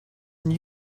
and